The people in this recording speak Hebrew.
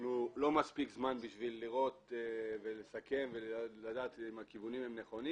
אנחנו לא מספיק זמן בשביל לראות ולסכם ולדעת אם הכיוונים הם נכונים